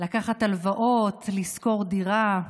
לקחת הלוואות, לשכור דירה,